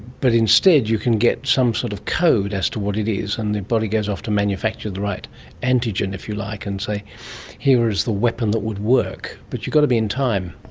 but instead you can get some sort of code as to what it is and the body goes off to manufacture the right antigen, if you like, and say here is the weapon that would work. but you've got to be in time.